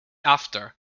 after